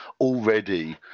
already